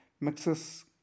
mixes